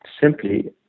simply